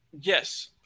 Yes